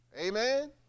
Amen